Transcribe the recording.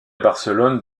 barcelone